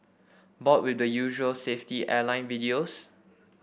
bored with the usual safety airline videos